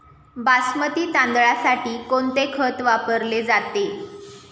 बासमती तांदळासाठी कोणते खत वापरले जाते?